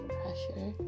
pressure